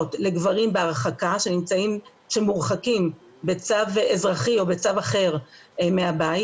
לגברים בהרחקה שמורחקים בצו אזרחי או בצו אחר מהבית.